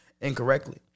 incorrectly